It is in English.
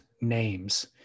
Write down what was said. names